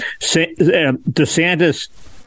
DeSantis